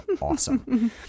awesome